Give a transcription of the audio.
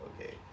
okay